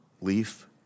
Leaf